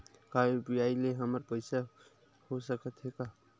का यू.पी.आई से हमर पईसा हो सकत हे?